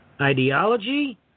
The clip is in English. ideology